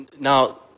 now